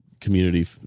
community